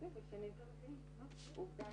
סוגיות כמו ה-PTSD,